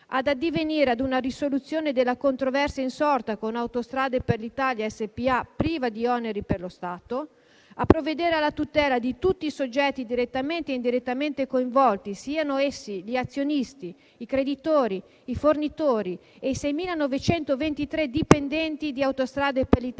ad addivenire ad una risoluzione della controversia insorta con Autostrade per l'Italia SpA priva di oneri per lo Stato; a provvedere alla tutela di tutti i soggetti direttamente e indirettamente coinvolti, siano essi gli azionisti, i creditori, i fornitori e i 6.923 dipendenti di Autostrade per l'Italia